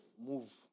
Move